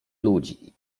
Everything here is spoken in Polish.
ludzi